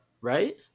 right